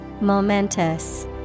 Momentous